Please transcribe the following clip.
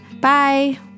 Bye